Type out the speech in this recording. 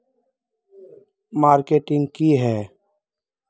Marketing की है?